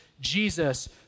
Jesus